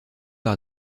par